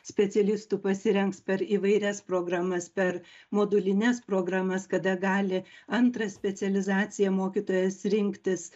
specialistų pasirengs per įvairias programas per modulines programas kada gali antrą specializaciją mokytojas rinktis